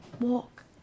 Walk